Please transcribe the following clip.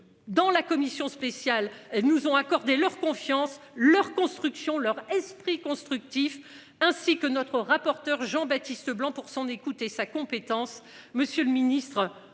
Dans la commission spéciale elles nous ont accordé leur confiance leur construction, leur esprit constructif, ainsi que notre rapporteur Jean-Baptiste Leblanc pour son écouter sa compétence.